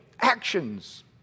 actions